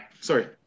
Sorry